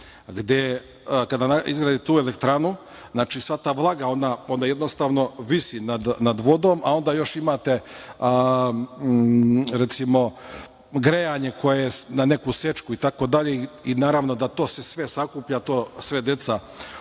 gde, kada izgradite tu elektranu, sva ta vlaga, jednostavno visi nad vodom, a onda još imate grejanje koje je na neku sečku itd. i naravno da se to sve sakuplja, to sve deca udišu,